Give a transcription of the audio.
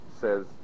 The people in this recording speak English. says